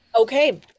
okay